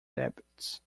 debts